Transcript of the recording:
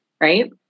Right